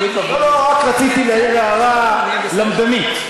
לא, רק רציתי להעיר הערה למדנית.